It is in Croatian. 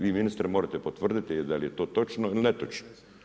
Vi ministre možete potvrditi da li je to točno ili netočno.